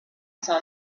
saw